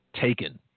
Taken